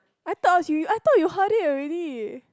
I thought I ask you I thought you heard it already